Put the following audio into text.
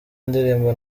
indirimbo